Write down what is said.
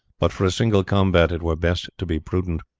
but for a single combat it were best to be prudent.